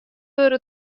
wurde